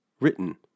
written